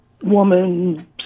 woman